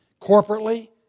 Corporately